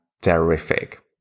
terrific